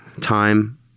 time